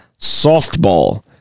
softball